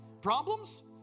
Problems